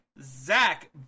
zach